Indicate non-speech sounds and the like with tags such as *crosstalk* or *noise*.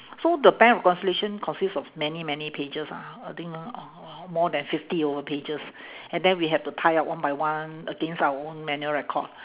so the bank reconciliation consist of many many pages ah I think uh *noise* more than fifty over pages and then we had to tie up one by one against our own manual record